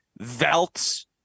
Velts